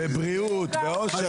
ובריאות ואושר,